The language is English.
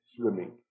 swimming